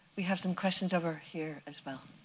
we have some questions over here, as well.